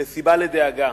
זו סיבה לדאגה.